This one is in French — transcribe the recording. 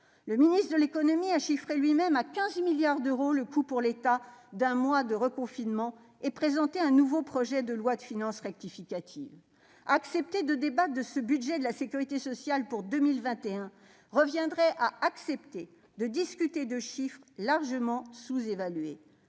Le ministre de l'économie lui-même a chiffré à 15 milliards d'euros le coût pour l'État d'un mois de reconfinement et il a présenté un nouveau projet de loi de finances rectificative. Accepter de débattre de ce budget de la sécurité sociale pour 2021 reviendrait à accepter de discuter de chiffres largement sous-évalués,